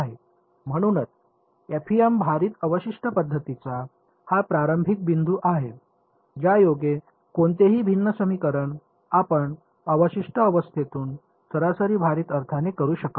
म्हणूनच एफईएम भारित अवशिष्ट पध्दतीचा हा प्रारंभिक बिंदू आहे ज्यायोगे कोणतेही भिन्न समीकरण आपण अवशिष्ट अवस्थेतून सरासरी भारित अर्थाने करू शकाल